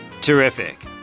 Terrific